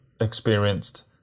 experienced